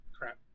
crap